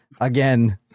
again